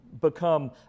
become